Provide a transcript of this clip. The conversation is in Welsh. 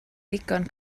ddigon